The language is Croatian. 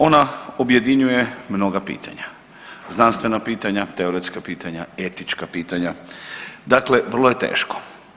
Ona objedinjuje mnoga pitanja, znanstvena pitanja, teoretska pitanja, etička pitanja, dakle vrlo je teško.